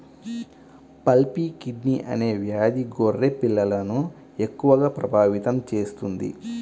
pulpy kidney అనే వ్యాధి గొర్రె పిల్లలను ఎక్కువగా ప్రభావితం చేస్తుంది